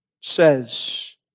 says